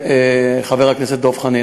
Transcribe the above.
חבר הכנסת דב חנין,